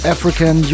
African